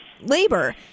labor